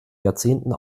jahrzehnten